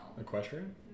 Equestrian